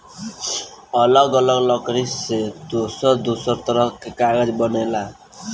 अलग अलग लकड़ी से दूसर दूसर तरह के कागज बनेला